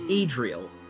Adriel